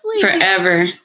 Forever